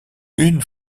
une